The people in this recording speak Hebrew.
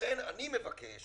לכן אני מבקש